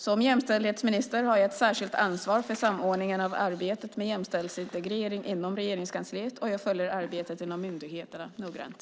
Som jämställdhetsminister har jag ett särskilt ansvar för samordningen av arbetet med jämställdhetsintegrering inom Regeringskansliet, och jag följer arbetet inom myndigheterna noggrant.